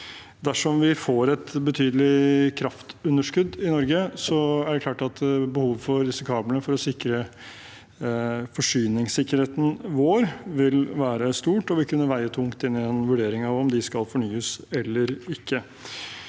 Dersom vi får et betydelig kraftunderskudd i Norge, er det klart at behovet for disse kablene for å sikre forsyningssikkerheten vår vil være stort og vil kunne veie tungt i en vurdering av om de skal fornyes eller ikke.